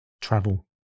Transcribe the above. travel